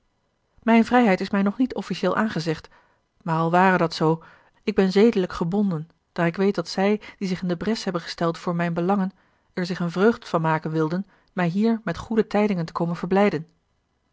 mijne vrijheid is mij nog niet officiëel aangezegd maar al ware dat zoo ik ben zedelijk gebonden daar ik weet dat zij die zich in de bres hebben gesteld voor mijne belangen er zich eene vreugd van maken wilden mij hier met goede tijdingen te komen verblijden